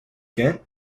ghent